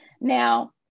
Now